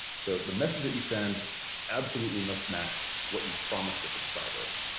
so the message that you send absolutely must match what you promised the subscriber.